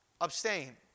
Abstain